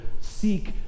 Seek